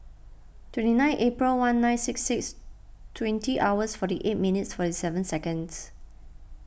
twenty nine April one nine six six twenty hours forty eight minutes forty seven seconds